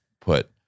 put